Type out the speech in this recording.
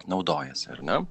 naudojasi ar ne